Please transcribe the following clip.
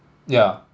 yeah